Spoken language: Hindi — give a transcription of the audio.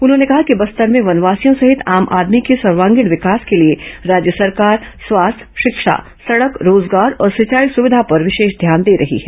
उन्होंने कहा कि बस्तर में वनवासियों सहित आम आदमी के सर्वागीण विकास के लिए राज्य सरकार स्वास्थ्य शिक्षा सड़क रोजगार और सिंचाई सुविधा पर विशेष ध्यान दे रही है